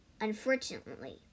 Unfortunately